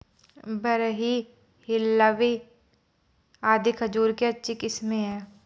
Barhi, Hillawi आदि खजूर की अच्छी किस्मे हैं